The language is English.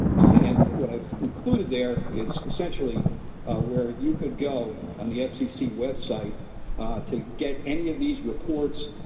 and what i've included there is essentially where you could go on the fcc website to get any of these reports,